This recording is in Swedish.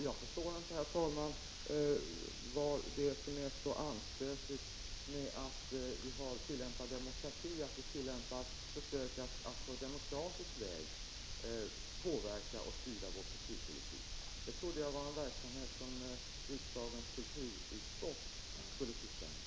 Jag förstår inte, herr talman, vad som är så anstötligt med att vi försöker att på demokratisk väg påverka och styra vår kulturpolitik. Det trodde jag var en verksamhet som riksdagens kulturutskott skulle ägna sig åt.